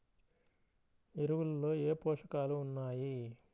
ఎరువులలో ఏ పోషకాలు ఉన్నాయి?